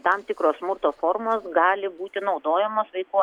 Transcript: tam tikros smurto formos gali būti naudojamos vaikų